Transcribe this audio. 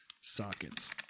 sockets